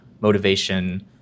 motivation